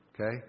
Okay